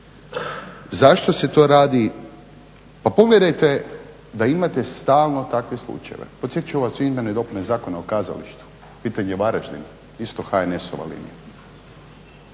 Zašto se to radi? Pa pogledajte da imate stalno takve slučajeve. Podsjetit ću vas u izmjene i dopune Zakona o kazalištu. Pitanje u Varaždinu, isto HNS-ova linija.